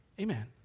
Amen